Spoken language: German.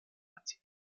erzielt